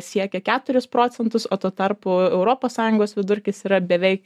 siekia keturis procentus o tuo tarpu europos sąjungos vidurkis yra beveik